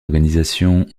organisations